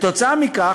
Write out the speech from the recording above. כתוצאה מכך,